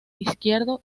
izquierdo